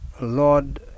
Lord